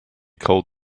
called